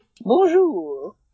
Bonjour